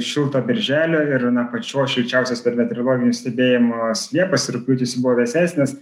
šilto birželio ir na pačios šilčiausios per metereologinius stepėjimus liepą rugpjūtis buvo vėsesnis